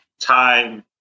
time